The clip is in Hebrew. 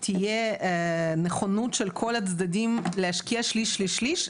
תהיה נכונות של כל הצדדים להשקיע שליש-שליש-שליש,